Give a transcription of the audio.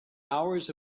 hours